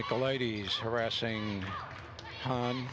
like a lady's harassing